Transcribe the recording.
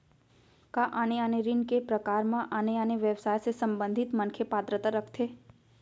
का आने आने ऋण के प्रकार म आने आने व्यवसाय से संबंधित मनखे पात्रता रखथे?